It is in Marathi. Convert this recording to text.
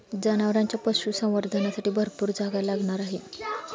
जनावरांच्या पशुसंवर्धनासाठी भरपूर जागा लागणार आहे